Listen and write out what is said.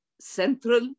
central